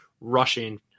rushing